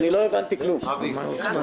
להם 10%